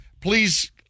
please